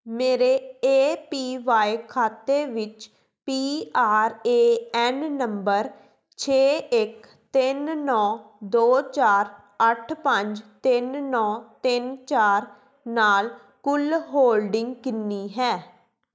ਮੇਰੇ A P Y ਖਾਤੇ ਵਿੱਚ P R A N number ਛੇ ਇੱਕ ਤਿੰਨ ਨੌਂ ਦੋ ਚਾਰ ਅੱਠ ਪੰਜ ਤਿੰਨ ਨੌਂ ਤਿੰਨ ਚਾਰ ਨਾਲ ਕੁੱਲ ਹੋਲਡਿੰਗ ਕਿੰਨੀ ਹੈ